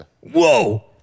Whoa